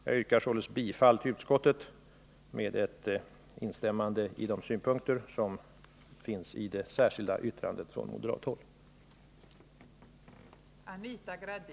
Jag yrkar således bifall till utskottets hemställan, med instämmande i de synpunkter som finns i det särskilda yttrandet från utskottets moderata ledamöter.